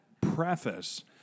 preface